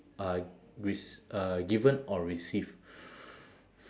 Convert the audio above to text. uh rec~ uh given or receive